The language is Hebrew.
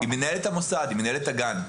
היא מנהלת המוסד, היא מנהלת הגן.